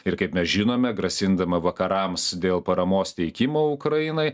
ir kaip mes žinome grasindama vakarams dėl paramos teikimo ukrainai